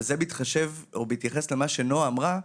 וזה בהתייחס למה שנועה אמרה,